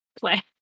play